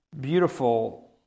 beautiful